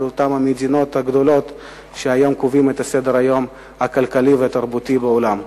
אותן מדינות גדולות שהיום קובעות את סדר-היום הכלכלי והתרבותי בעולם.